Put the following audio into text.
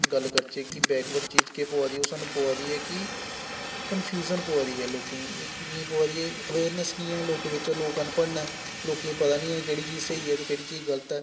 गल्ल करचै कि बैकवर्ड चीज केह् पवा दी ओह् सानूं पवा दी ऐ कि कंफ्यूजन पवा दी ऐ लोकें गी एह् की पवा दी ऐ अवेयरनैस्स निं ऐ लोकें बिच्च लोग अनपढ़ न लोकें गी पता निं ऐ केह्ड़ी चीज स्हेई ऐ ते केह्ड़ी चीज गल्त ऐ